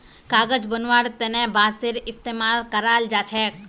कागज बनव्वार तने बांसेर इस्तमाल कराल जा छेक